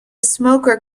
smoker